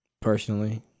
Personally